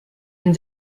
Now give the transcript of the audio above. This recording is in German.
den